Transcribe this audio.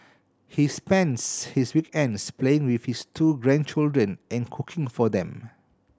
he spends his weekends playing with his two grandchildren and cooking for them